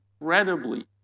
incredibly